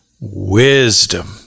wisdom